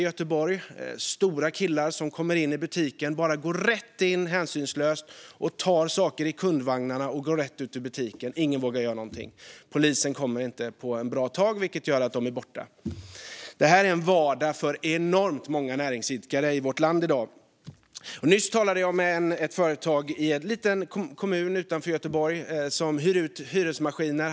Det var stora killar som gick rätt in i butiken, tog saker i kundvagnarna och gick rätt ut ur butiken. Ingen vågar göra någonting. Det tar ett bra tag innan polisen kommer, vilket gör att killarna hinner försvinna. Det här är en vardag för enormt många näringsidkare i vårt land i dag. Nyss talade jag med en företagare i en kommun utanför Göteborg som hyr ut maskiner.